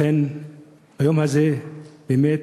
לכן ביום הזה באמת,